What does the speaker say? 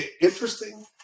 interesting